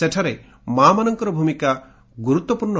ସେଠାରେ ମା'ମାନଙ୍କର ଭୂମିକା ବହୁ ଗୁରୁତ୍ୱପୂର୍ଣ୍ଣ